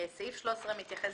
סעיף 13 מתייחס